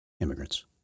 immigrants